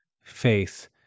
faith